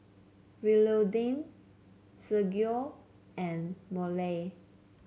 Willodean Sergio and Mollie